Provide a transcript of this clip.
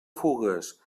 fugues